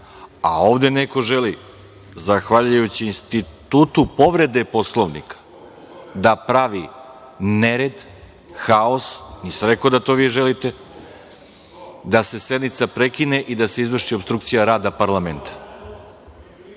a ovde neko želi, zahvaljujući institutu povrede Poslovnika, da pravi nered, haos, nisam rekao da to vi želite, da se sednica prekine i da se izvrši opstrukcija rada parlamenta.